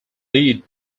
lead